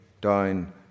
down